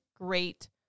great